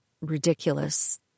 ridiculous